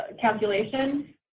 calculation